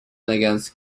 against